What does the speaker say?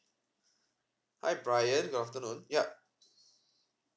hi brian good afternoon yup